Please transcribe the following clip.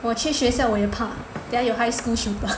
我去学校我也怕等一下有 high school shooter